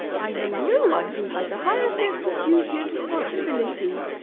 i know no one who has a higher sense of duty and responsibility.